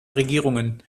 regierungen